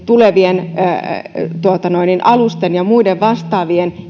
tulevien miehittämättömien alusten ja kaikkien muiden vastaavien